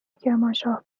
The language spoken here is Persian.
کرمانشاه